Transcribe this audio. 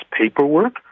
paperwork